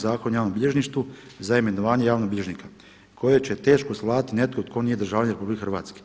Zakona o javnom bilježništvu za imenovanje javnog bilježnika koje će teško svladati netko tko nije državljanin RH.